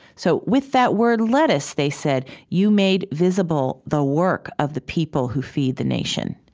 so with that word lettuce, they said, you made visible the work of the people who feed the nation,